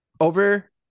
Over